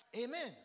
Amen